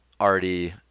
already